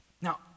Now